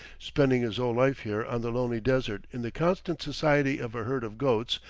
spending his whole life here on the lonely desert in the constant society of a herd of goats,